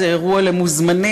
זה אירוע למוזמנים",